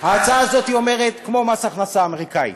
כמו מס ההכנסה האמריקני: